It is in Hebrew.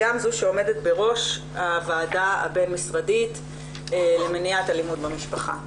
הרווחה שגם עומדת בראש הוועדה הבין משרדית למניעת אלימות במשפחה.